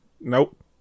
Nope